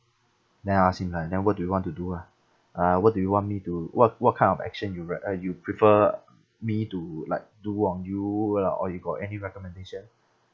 then I ask him lah then what do you want to do ah uh what do you want me to what what kind of action you re~ uh you prefer me to like do on you like or you got any recommendation